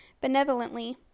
benevolently